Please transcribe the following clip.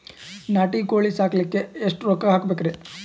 ನಾಟಿ ಕೋಳೀ ಸಾಕಲಿಕ್ಕಿ ಎಷ್ಟ ರೊಕ್ಕ ಹಾಕಬೇಕ್ರಿ?